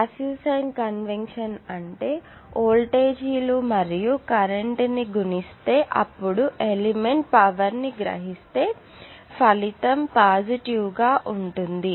passive sign convention అంటే వోల్టేజీలు మరియు కరెంట్ ని తీసుకొని గుణిస్తే అప్పుడు ఎలిమెంట్ పవర్ ని గ్రహిస్తే ఫలితం పాజిటివ్ గా ఉంటుంది